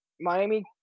Miami